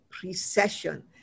precession